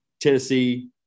Tennessee